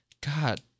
God